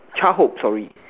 childhood sorry